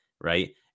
right